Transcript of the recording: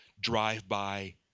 drive-by